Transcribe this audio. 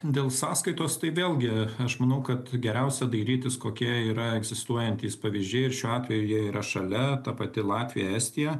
dėl sąskaitos tai vėlgi aš manau kad geriausia dairytis kokie yra egzistuojantys pavyzdžiai ir šiuo atveju jie yra šalia ta pati latvija estija